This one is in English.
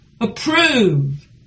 Approve